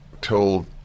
told